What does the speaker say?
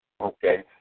Okay